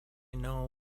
know